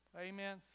Amen